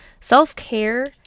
self-care